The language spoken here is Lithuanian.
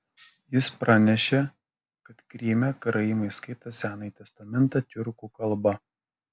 jis pranešė kad kryme karaimai skaito senąjį testamentą tiurkų kalba